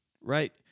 right